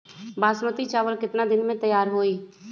बासमती चावल केतना दिन में तयार होई?